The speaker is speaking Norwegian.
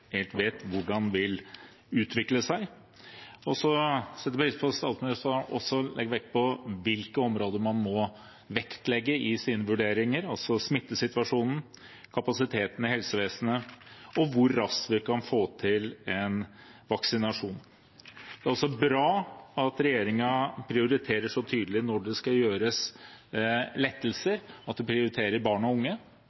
helt vet hvordan vil utvikle seg. Jeg setter pris på at statsministeren også legger vekt på hvilke områder man må vektlegge i sine vurderinger, altså smittesituasjonen, kapasiteten i helsevesenet og hvor raskt vi kan få til en vaksinasjon. Det er også bra at regjeringen prioriterer så tydelig når det skal gjøres lettelser,